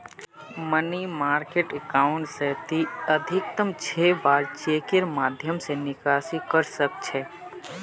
money market account स ती अधिकतम छह बार चेकेर माध्यम स निकासी कर सख छ